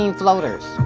floaters